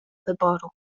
wyboru